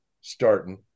starting